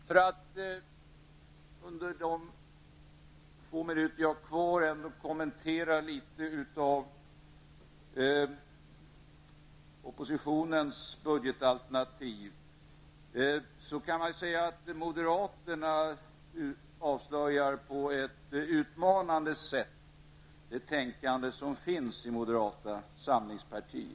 Jag vill under de få minuter jag har kvar av min taletid kommentera oppositionens budgetalternativ. Moderaterna avslöjar på ett utmanande sätt det tänkande som finns i moderata samlingspartiet.